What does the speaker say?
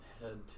head